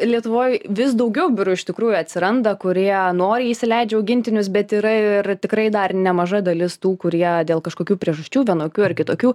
lietuvoj vis daugiau biurų iš tikrųjų atsiranda kurie noriai įsileidžia augintinius bet yra ir tikrai dar nemaža dalis tų kurie dėl kažkokių priežasčių vienokių ar kitokių